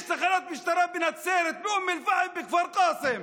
יש תחנת משטרה בנצרת, באום אל-פחם, בכפר קאסם.